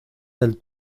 del